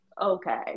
Okay